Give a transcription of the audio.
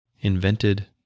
invented